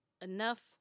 enough